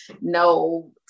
no